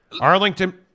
Arlington